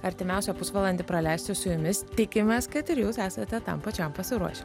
artimiausią pusvalandį praleisti su jumis tikimės kad ir jūs esate tam pačiam pasiruoš